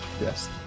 Yes